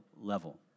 level